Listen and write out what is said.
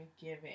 giving